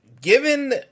given